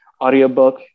audiobook